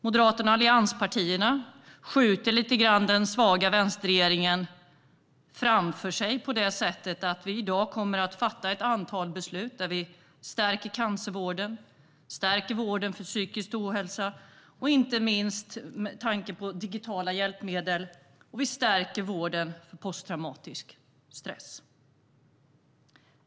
Moderaterna och allianspartierna skjuter lite grann den svaga vänsterregeringen framför sig, på det sättet att vi i dag kommer att fatta ett antal beslut där vi stärker cancervården, stärker vården för psykisk ohälsa, inte minst med tanke på digitala hjälpmedel, och stärker vården för posttraumatisk stress.